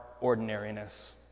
ordinariness